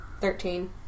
Thirteen